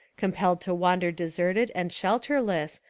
compelled to wander deserted and shelter less,